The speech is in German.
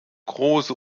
große